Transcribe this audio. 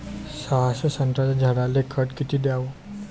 सहाशे संत्र्याच्या झाडायले खत किती घ्याव?